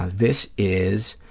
this is